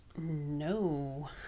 No